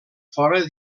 fora